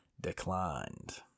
declined